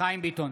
חיים ביטון,